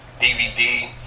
dvd